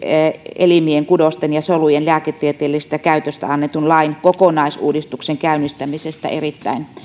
elimien kudosten ja solujen lääketieteellisestä käytöstä annetun lain kokonaisuudistuksen käynnistämisestä erittäin